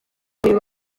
babiri